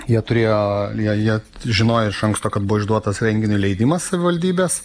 jie turėjo jei jie žinojo iš anksto kad buvo išduotas renginiui leidimas savivaldybės